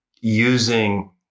using